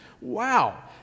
Wow